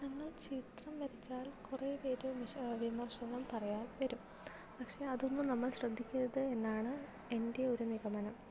നമ്മൾ ചിത്രം വരച്ചാൽ കുറെ പേര് വിമർശനം പറയാൻ വരും പക്ഷെ അതൊന്നും നമ്മൾ ശ്രദ്ധിക്കരുത് എന്നാണ് എന്റെ ഒരു നിഗമനം